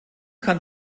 kann